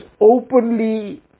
openly